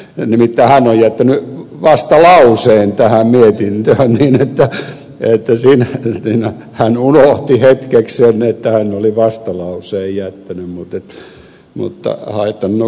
nimittäin hän on jättänyt vastalauseen tähän mietintöön niin että hän unohti hetkeksi sen että hän oli vastalauseen jättänyt mutta haitanneeko tuo mitään